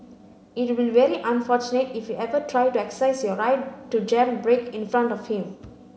it will very unfortunate if you ever try to exercise your right to jam brake in front of him